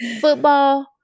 football